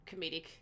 comedic